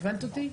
הבנת אותי?